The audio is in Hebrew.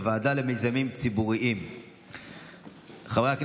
לוועדה למיזמים ציבוריים נתקבלה.